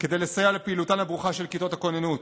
כדי לסייע לפעילותן הברוכה של כיתות הכוננות.